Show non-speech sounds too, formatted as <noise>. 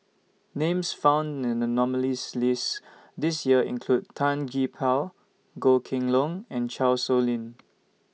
Names found in The nominees' list This Year include Tan Gee Paw Goh Kheng Long and Chan Sow Lin <noise>